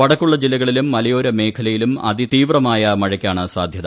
വടക്കുള്ള ജില്ലകളിലും മലയോര മേഖലയിലും അതി തീവ്രമായ മഴയ്ക്കാണ് സാധ്യത